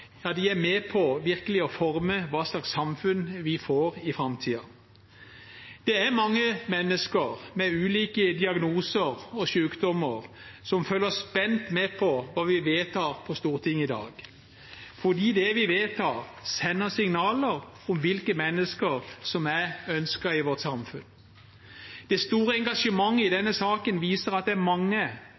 er med på virkelig å forme hva slags samfunn vi får i framtiden. Det er mange mennesker med ulike diagnoser og sykdommer som følger spent med på hva vi vedtar på Stortinget i dag, fordi det vi vedtar, sender signaler om hvilke mennesker som er ønsket i vårt samfunn. Det store engasjementet i denne saken viser at det er mange